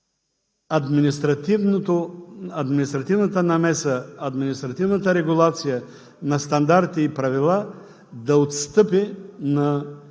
административната намеса, административната регулация на стандарти и правила да отстъпи на